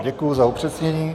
Děkuju za upřesnění.